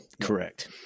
Correct